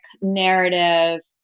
narrative